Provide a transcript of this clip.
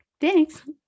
Thanks